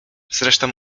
zresztą